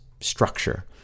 structure